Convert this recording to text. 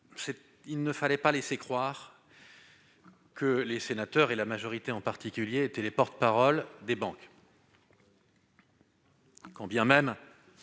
qu'il ne fallait pas laisser croire que les sénateurs, ceux de la majorité en particulier, étaient les porte-parole des banques, quand bien même